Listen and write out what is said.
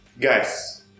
guys